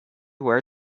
where